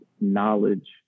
knowledge